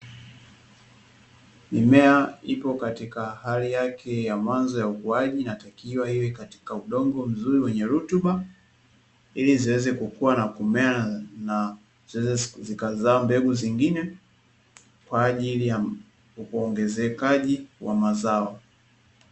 Mimea ipo katika hali yake ya mwanzo ya ukuaji inatakiwa iwe katika udongo mzuri wenye rutuba, ili ziweze kukua na kumea na ziweze zikazaa mbegu zingine kwa ajili ya uongezekaji wa mazao.